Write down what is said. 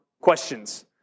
questions